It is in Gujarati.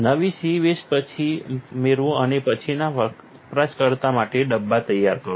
નવી C વેસ્ટ પાછી મેળવો અને પછીના વપરાશકર્તા માટે ડબ્બા તૈયાર કરો